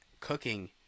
cooking